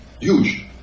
huge